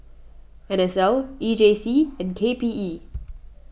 N S L E J C and K P E